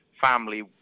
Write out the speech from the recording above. family